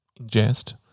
ingest